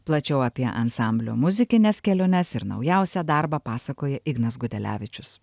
plačiau apie ansamblio muzikines keliones ir naujausią darbą pasakoja ignas gudelevičius